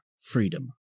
freedom